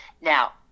Now